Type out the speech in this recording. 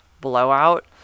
blowout